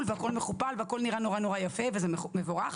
והכל מכופל והכל נראה נורא יפה וזה מבורך.